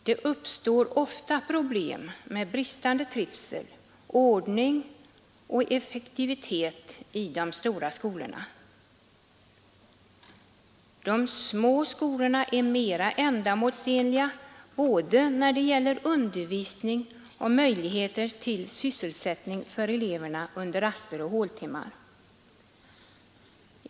Det uppstår ofta problem med bristande trivsel, ordning och effektivitet i de stora skolorna. De små skolorna är mera ändamålsenliga både för undervisning och för elevernas möjligheter till sysselsättning under raster och håltimmar.